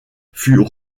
fut